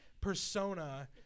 persona